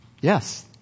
Yes